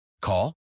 Call